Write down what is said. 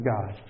God